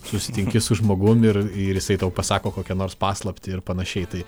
susitinki su žmogum ir ir jisai tau pasako kokią nors paslaptį ir panašiai tai